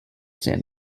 san